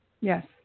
yes